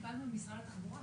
קבלנו את זה ממשרד התחבורה.